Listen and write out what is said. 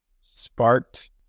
sparked